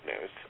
news